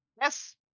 Yes